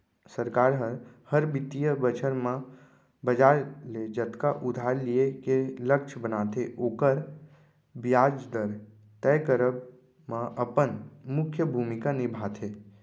सरकार हर, हर बित्तीय बछर म बजार ले जतका उधार लिये के लक्छ बनाथे ओकर बियाज दर तय करब म अपन मुख्य भूमिका निभाथे